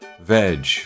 veg